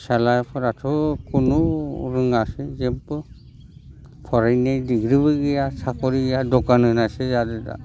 फिसाज्लाफोराथ' कुनु रोङासै जेबो फरायनाय दिगजोंबो गैया साकरि गैया दकान होनासो जादों दा